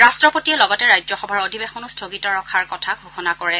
ৰট্টপতিয়ে লগতে ৰাজ্যসভাৰ অধিৱেশনো স্থগিত ৰখাৰ কথাও ঘোষণা কৰিছে